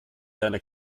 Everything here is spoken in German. deiner